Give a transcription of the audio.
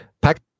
Pack